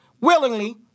willingly